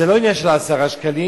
זה לא עניין של ה-10 שקלים,